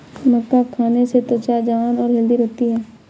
मक्का खाने से त्वचा जवान और हैल्दी रहती है